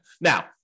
Now